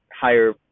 higher